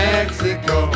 Mexico